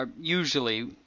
usually